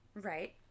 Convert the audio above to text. Right